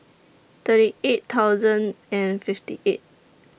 thirty eight thousand and fifty eight